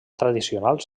tradicionals